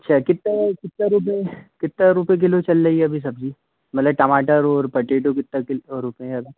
अच्छा कितना कितना कितना रुपए किलो चल रही है अभी सब्जी मतलब टमाटर और पटेटो कितना रुपया है